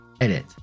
Edit